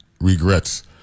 regrets